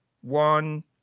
one